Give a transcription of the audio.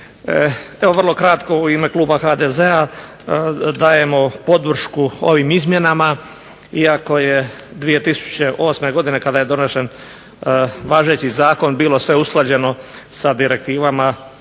Evo vrlo kratko u ime kluba HDZ-a dajemo podršku ovim izmjenama iako je 2008. godine kada je donesen važeći zakon bilo sve usklađeno sa direktivama